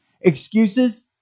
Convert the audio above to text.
Excuses